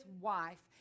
wife